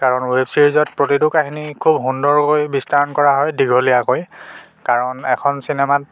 কাৰণ ৱেব ছিৰিজত প্ৰতিটো কাহিনী খুব সুন্দৰকৈ বিস্তাৰণ কৰা হয় দীঘলীয়াকৈ কাৰণ এখন চিনেমাত